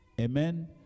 amen